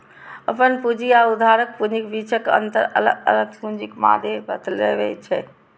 अपन पूंजी आ उधारक पूंजीक बीचक अंतर अलग अलग पूंजीक मादे बतबै छै